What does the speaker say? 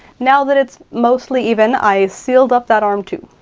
now that it's mostly even, i sealed up that arm, too.